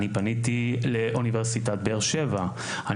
לאוניברסיטת באר שבע,